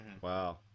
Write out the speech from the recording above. Wow